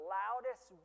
loudest